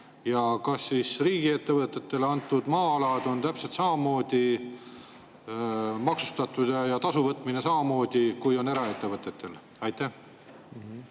Ja kas riigiettevõtetele antud maa-alad on täpselt samamoodi maksustatud ja tasu võtmine on samamoodi, kui on eraettevõtetel? Aitäh,